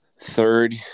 Third